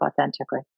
authentically